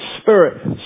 spirit